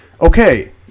okay